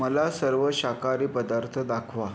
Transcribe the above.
मला सर्व शाकारी पदार्थ दाखवा